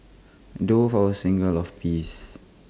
doves are A symbol of peace